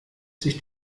sich